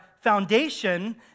foundation